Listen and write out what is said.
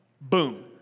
Boom